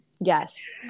yes